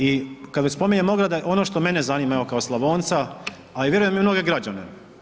I kada već spominjemo ograde, ono što mene zanima kao Slavonca, a vjerujem i mnoge građane.